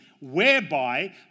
whereby